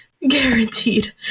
Guaranteed